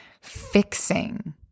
fixing